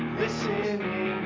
listening